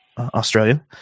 Australia